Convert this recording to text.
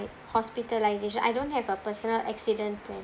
hospitalisation I don't have a personal accident plan